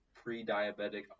pre-diabetic